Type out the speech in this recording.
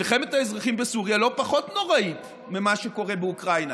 מלחמת האזרחים בסוריה לא פחות נוראית ממה שקורה באוקראינה.